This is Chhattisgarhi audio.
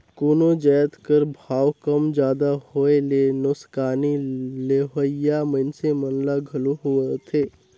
कोनो जाएत कर भाव कम जादा होए ले नोसकानी लेहोइया मइनसे मन ल घलो होएथे